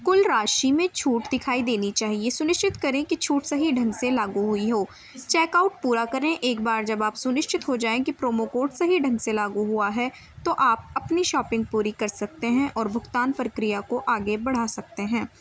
کل راشی میں چھوٹ دکھائی دینی چاہیے سونشچت کریں کہ چھوٹ صحیح ڈھگ سے لاگو ہوئی ہو چیک آؤٹ پورا کریں ایک بار جب آپ سونیشچت ہو جائیں کہ پرومو کوڈ صحیح ڈھنگ سے لاگو ہوا ہے تو آپ اپنی شاپنگ پوری کر سکتے ہیں اور بھگتان پرکریا کو آگے بڑھا سکتے ہیں